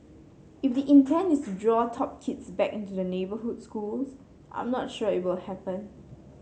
if the intent is to draw top kids back into the neighbourhood schools I'm not sure it will happen